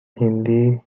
hindi